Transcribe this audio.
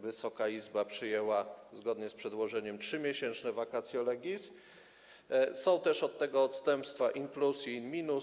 Wysoka Izba przyjęła zgodnie z przedłożeniem 3-miesięczne vacatio legis, ale są też od tego odstępstwa in plus i in minus.